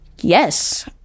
Yes